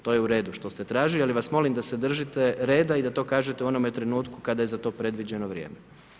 To je u redu što ste tražili, ali vas molim da se držite reda i da to kažete u onome trenutku kada je za to predviđeno vrijeme.